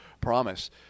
promise